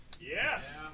Yes